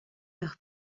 leur